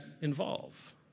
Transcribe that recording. Involve